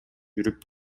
жүрүп